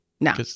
No